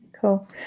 cool